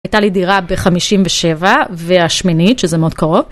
הייתה לי דירה בחמישים ושבע והשמינית שזה מאוד קרוב.